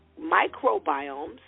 microbiomes